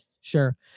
Sure